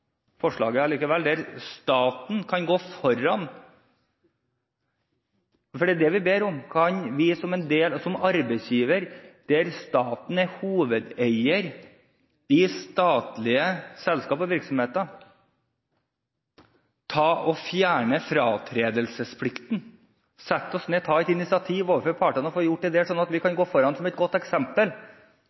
forslaget likevel, ved at staten kunne gå foran. Det er det vi ber om: Kan vi som arbeidsgiver – der staten er hovedeier, i statlige selskaper og virksomheter – fjerne fratredelsesplikten? Kan vi sette oss ned og ta et initiativ overfor partene og få gjort det, sånn at vi kan gå foran som et godt eksempel